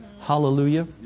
Hallelujah